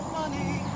money